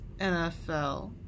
NFL